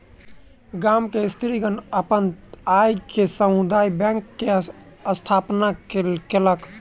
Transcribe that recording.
गाम के स्त्रीगण अपन आय से समुदाय बैंक के स्थापना केलक